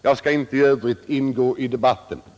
Jag skall i övrigt inte ta upp någon debatt.